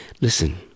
Listen